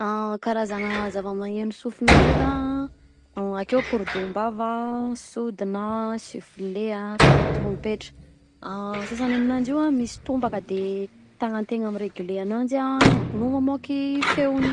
Karazana zava-magnegno sofina ndraika a: akeo korodom-bava, sodina a, sifflet a, trompetra, sasany misy aminanjy io misy tombaka de tagnantegna miregle ananjy no mamoaky feoagny.